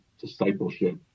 discipleship